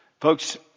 Folks